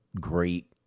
great